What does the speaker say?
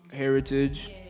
heritage